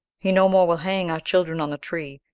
he no more will hang our children on the tree,